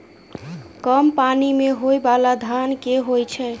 कम पानि मे होइ बाला धान केँ होइ छैय?